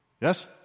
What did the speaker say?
Yes